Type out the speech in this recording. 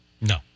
No